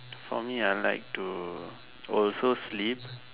for me I like to also sleep